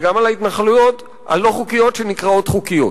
וגם על ההתנחלויות הלא-חוקיות שנקראות חוקיות,